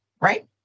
Right